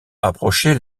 approchait